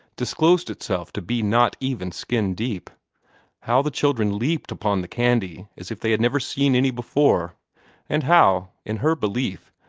disclosed itself to be not even skin-deep how the children leaped upon the candy as if they had never seen any before and how, in her belief,